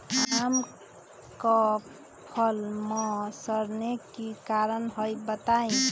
आम क फल म सरने कि कारण हई बताई?